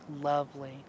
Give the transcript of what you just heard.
Lovely